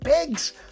pigs